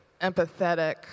empathetic